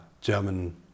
German